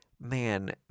man